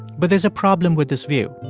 but there's a problem with this view.